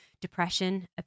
depression